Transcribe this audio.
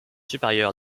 supérieur